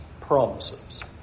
promises